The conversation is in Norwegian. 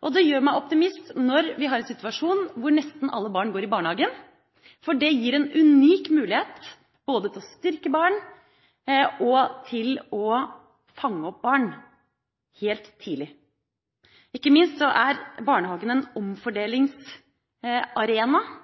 og det gjør meg til optimist når vi har en situasjon hvor nesten alle barn går i barnehagen. Det gir en unik mulighet både til å styrke barn og til å fange opp barn tidlig. Ikke minst er barnehagene en omfordelingsarena